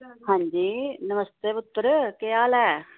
हां जी नमस्ते पुत्तर केह् हाल ऐ